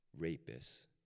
rapists